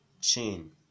chain